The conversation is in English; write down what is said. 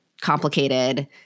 complicated